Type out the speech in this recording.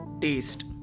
taste